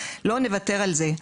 לא נוותר על זה.